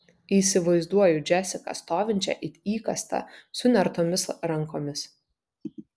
įsivaizduoju džesiką stovinčią it įkastą sunertomis rankomis